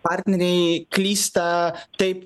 partneriai klysta taip